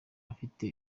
afite